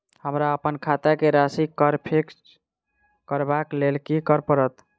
हमरा अप्पन खाता केँ राशि कऽ फिक्स करबाक लेल की करऽ पड़त?